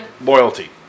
Loyalty